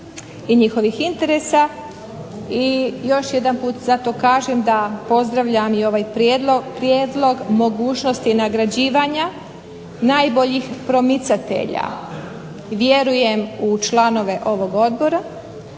i njihovih interesa i još jedanput zato kažem da pozdravljam i ovaj prijedlog mogućnosti nagrađivanja najboljih promicatelja. Vjerujem u članove ovog odbora